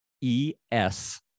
E-S